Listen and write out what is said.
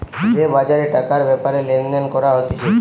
যে বাজারে টাকার ব্যাপারে লেনদেন করা হতিছে